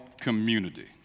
community